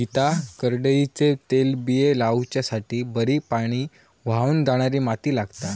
गीता करडईचे तेलबिये लावच्यासाठी बरी पाणी व्हावन जाणारी माती लागता